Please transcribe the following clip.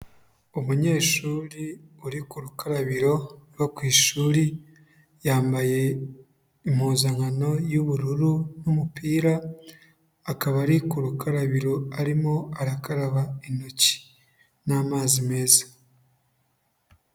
Umunyeshuri uri ku rukarabiro rwo ku ishuri, yambaye impuzankano y'ubururu n'umupira, akaba ari ku rukarabiro, arimo arakaraba intoki n'amazi meza.